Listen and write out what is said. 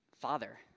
father